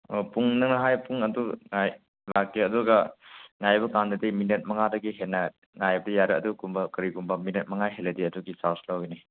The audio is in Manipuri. ꯑꯣ ꯄꯨꯡ ꯅꯪ ꯍꯥꯏ ꯄꯨꯡ ꯑꯗꯨ ꯍꯥꯏ ꯂꯥꯛꯀꯦ ꯑꯗꯨꯒ ꯉꯥꯏꯕ ꯀꯥꯟꯗꯗꯤ ꯃꯤꯅꯠ ꯃꯪꯉꯥꯗꯒꯤ ꯍꯦꯟꯅ ꯉꯥꯏꯕ ꯌꯥꯔꯦ ꯑꯗꯨꯒꯨꯝꯕ ꯀꯔꯤꯒꯨꯝꯕ ꯃꯤꯅꯠ ꯃꯪꯉꯥ ꯍꯦꯟꯂꯗꯤ ꯍꯦꯟꯕꯒꯤ ꯆꯥꯔꯖ ꯂꯧꯒꯅꯤ